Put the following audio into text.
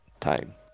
time